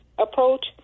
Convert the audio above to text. Approach